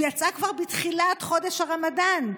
שיצאה כבר בתחילת חודש הרמדאן.